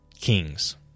Kings